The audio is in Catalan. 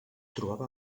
trobava